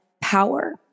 power